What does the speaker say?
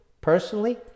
personally